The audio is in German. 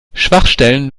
schwachstellen